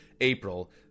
April